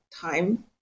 time